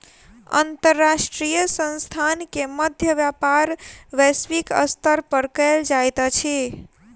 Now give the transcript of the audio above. अंतर्राष्ट्रीय संस्थान के मध्य व्यापार वैश्विक स्तर पर कयल जाइत अछि